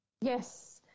Yes